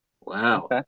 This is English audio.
Wow